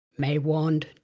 Maywand